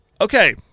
Okay